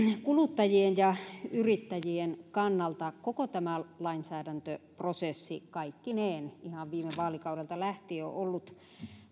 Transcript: kuluttajien ja yrittäjien kannalta koko tämä lainsäädäntöprosessi kaikkinensa ihan viime vaalikaudelta lähtien on ollut